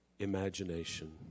imagination